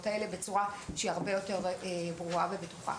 האלה בצורה הרבה יותר ברורה ובטוחה.